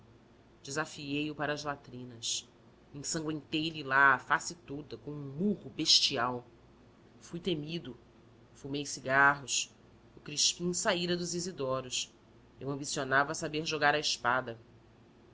desafiei o para as latrinas ensanguentei lhe lá a face toda com um murro bestial fui temido fumei cigarros o crispim saíra dos isidoros eu ambicionava saber jogar a espada